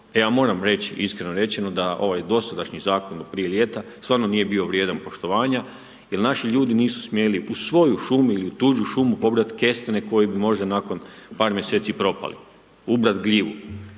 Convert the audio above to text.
Ja moram reći, iskreno reći da ovaj dosadašnji zakon prije ljeta stvarno nije bio vrijedan poštovana, jer naši ljudi nisu smjeli u svoju šumu ili u tuđu šumu pobrati kestene koje bi možda nakon par mjeseci propali, ubrati gljivu.